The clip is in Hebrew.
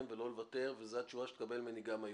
ולא לוותר וזו התשובה שתקבל ממני גם היום.